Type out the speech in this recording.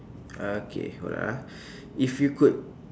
okay hold on ah if you could